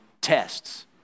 tests